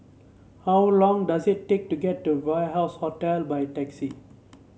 how long does it take to get to Warehouse Hotel by taxi